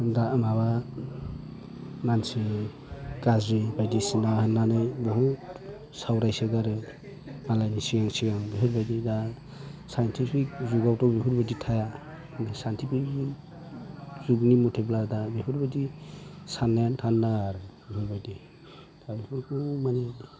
माबा मानसि गाज्रि बायदिसिना होननानै बुहुथ सावरायसोगारो मालायनि सिगां सिगां बेफोरबादि दा चाय्नटिफिक जुगावथ' बेफोरबादि थाया चाय्नटिफिक जुगनि मथेब्ला दा बेफोरबादि साननाया थानो नाङा आरो बेफोरबायदि दा बेफोरखौ माने